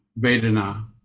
Vedana